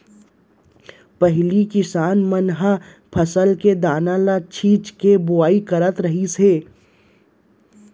पहिली किसान मन ह फसल के दाना ल छिंच के बोवाई करत रहिस हे